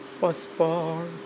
passport